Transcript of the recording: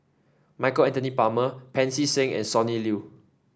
Michael Anthony Palmer Pancy Seng and Sonny Liew